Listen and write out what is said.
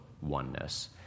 oneness